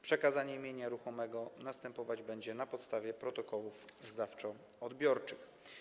Przekazanie mienia ruchomego następować będzie na podstawie protokołów zdawczo-odbiorczych.